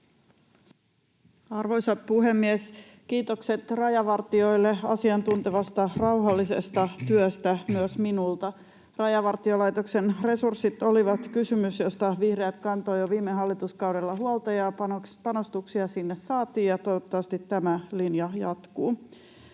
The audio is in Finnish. Arvoisa puhemies! Kiitokset rajavartijoille asiantuntevasta, rauhallisesta työstä myös minulta. Rajavartiolaitoksen resurssit oli kysymys, josta vihreät kantoi jo viime hallituskaudella huolta, ja panostuksia sinne saatiin, ja toivottavasti tämä linja jatkuu.